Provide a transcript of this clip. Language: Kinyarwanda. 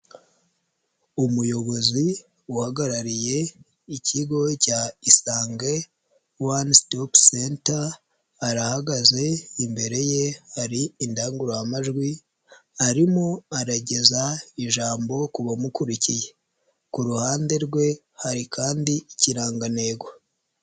Umuyobozi uhagarariye ikigo cya Isange one stop center arahagaze, imbere ye hari indangururamajwi, arimo arageza ijambo ku bamukurikiye, ku ruhande rwe hari kandi ikirangantego.